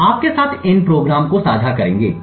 हम आपके साथ इन कार्यक्रमों को साझा करेंगे